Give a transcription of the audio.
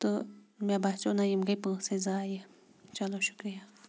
تہٕ مےٚ باسیو نہ یِم گٔے پونٛسَے زایہِ چلو شُکریہ